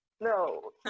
No